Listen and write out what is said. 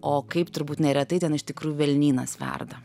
o kaip turbūt neretai ten iš tikrų velnynas verda